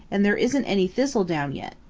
and there isn't any thistledown yet.